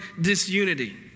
disunity